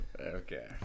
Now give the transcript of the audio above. Okay